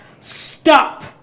stop